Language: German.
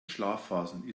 schlafphasen